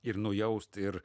ir nujaust ir